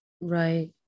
Right